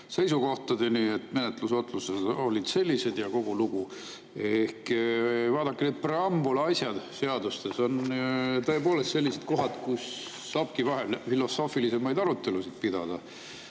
seisukohtadeni, et menetlusotsused olid sellised ja kogu lugu. Vaadake, preambula seadustes on tõepoolest selline koht, kus saabki vahel filosoofilisemaid arutelusid pidada.